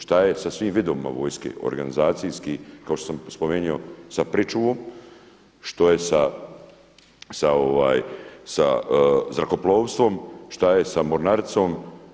Šta je sa svim vidovima vojske organizacijski kao što sam spomenuo sa pričuvom, što je sa zrakoplovstvom, šta je sa mornaricom?